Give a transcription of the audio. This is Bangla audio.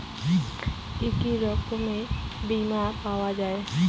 কি কি রকমের বিমা পাওয়া য়ায়?